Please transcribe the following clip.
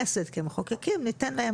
כולם בדרך כלל בלי נגיעות אישיות והשיקולים שלהם